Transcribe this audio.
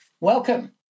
Welcome